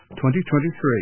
2023